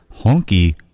honky